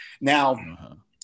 Now